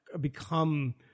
become